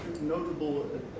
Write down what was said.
notable